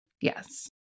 Yes